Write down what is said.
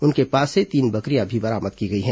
उनके पास से तीन बकरियां बरामद की गई हैं